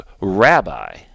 rabbi